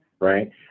right